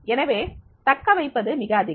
எனவே தக்கவைப்பது மிக அதிகம்